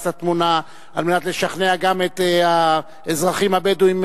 לתמונה על מנת לשכנע גם את האזרחים הבדואים,